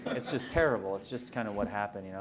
it's just terrible. it's just kind of what happened, you know?